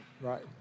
Right